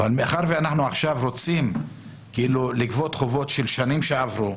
מאחר שאנחנו עכשיו רוצים לגבות חובות של שנים שעברו,